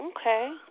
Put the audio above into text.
Okay